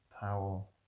Powell